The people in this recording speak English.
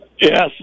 Yes